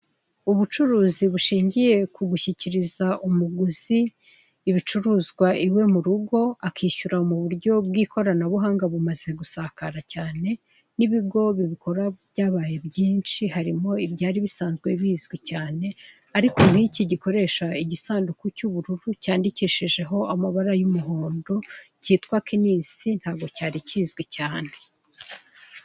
Ubucuruzi bushingiye ku gushyikiriza umuguzi ibicuruzwa iwe mu rugo, akishyura mu buryo bw'ikoranabuhanga bumaze gusakara cyane n'ibigo bubikora byabaye byinshi. Harimo ibyari bisanzwe bizwi cyane, ariko nk'iki gikoresha igisanduku cy'ubururu cyandikishijeho amabara y'umuhondo cyitwa Knnis ntago cyari kizwi cyane.